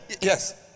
yes